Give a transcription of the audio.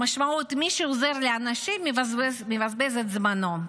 המשמעות היא: מי שעוזר לאנשים מבזבז את זמנו,